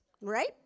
Right